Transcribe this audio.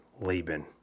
Laban